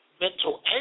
mental